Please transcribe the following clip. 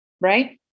right